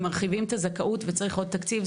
אם מרחיבים את הזכאות וצירך עוד תקציב,